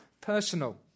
personal